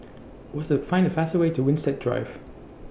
Find The fastest Way to Winstedt Drive